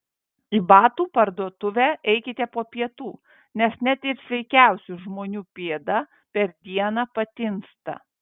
į batų parduotuvę eikite po pietų nes net ir sveikiausių žmonių pėda per dieną patinsta